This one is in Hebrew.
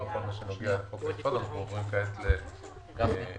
בשנה זו אנחנו מדברים על הנמוך מביניהן